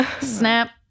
Snap